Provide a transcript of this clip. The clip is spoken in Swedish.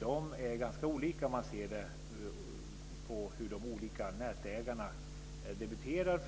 De är ganska olika om man ser till hur de olika nätägarna debiterar.